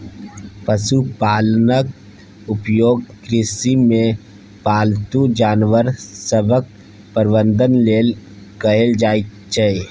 पशुपालनक उपयोग कृषिमे पालतू जानवर सभक प्रबंधन लेल कएल जाइत छै